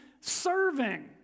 serving